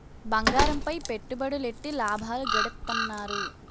బంగారంపై పెట్టుబడులెట్టి లాభాలు గడిత్తన్నారు